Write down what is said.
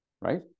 Right